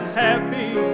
happy